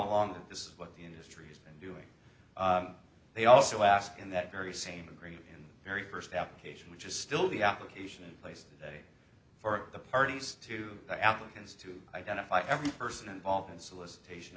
along this is what the industry's been doing they also ask in that very same agree in very first application which is still the application place today for the parties to the applicants to identify every person involved in solicitation